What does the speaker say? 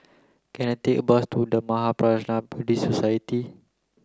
can I take a bus to The Mahaprajna Buddhist Society